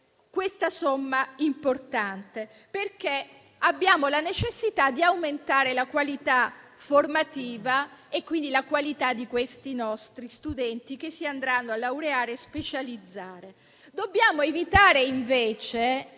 circa un miliardo e mezzo. Abbiamo la necessità di aumentare la qualità formativa e quindi la qualità dei nostri studenti che si andranno a laureare e specializzare. Dobbiamo evitare, invece